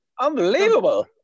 Unbelievable